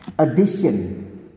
addition